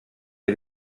der